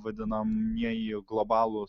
vadinamieji globalūs